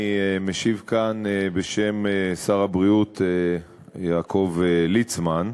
אני משיב כאן בשם שר הבריאות יעקב ליצמן.